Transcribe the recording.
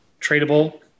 tradable